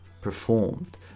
performed